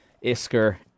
Isker